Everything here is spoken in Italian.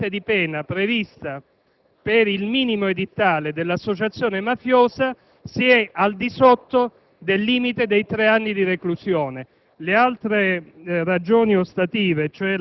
chi ha patteggiato per il reato di partecipazione ad associazione mafiosa può fare l'addetto alla sicurezza interna agli stadi